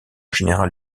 général